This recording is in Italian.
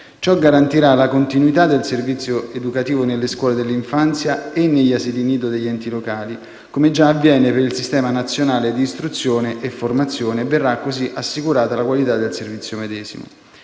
Ciò garantirà la continuità del servizio educativo nelle scuole dell'infanzia e negli asili nido degli enti locali, come già avviene per il sistema nazionale di istruzione e formazione, e verrà così assicurata la qualità del servizio medesimo.